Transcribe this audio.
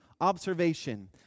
Observation